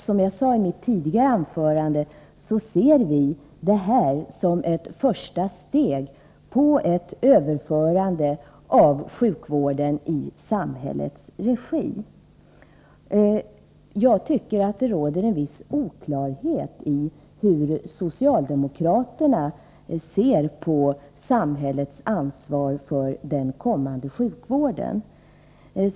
Som jag sade i mitt anförande tidigare ser vi det här som ett första steg på ett överförande av sjukvården i samhällets regi. Jag tycker dock att det råder en viss oklarhet när det gäller socialdemokraternas syn på samhällets ansvar för den kommande sjukvården.